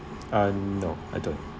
uh no I don't